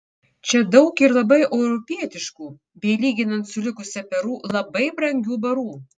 čia daug ir labai europietiškų bei lyginant su likusia peru labai brangių barų